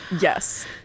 yes